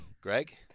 Greg